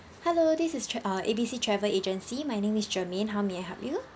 hello this is tra~ uh A B C travel agency my name is germane how may I help you